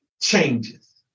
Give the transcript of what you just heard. changes